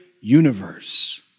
Universe